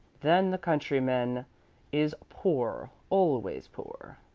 then the countryman is poor always poor,